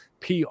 pr